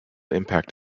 impact